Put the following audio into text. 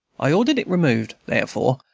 i ordered it removed, therefore,